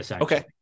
okay